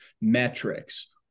metrics